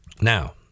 Now